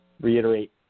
reiterate